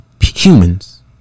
humans